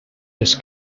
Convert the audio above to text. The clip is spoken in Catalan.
les